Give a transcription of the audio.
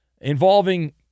Involving